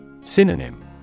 Synonym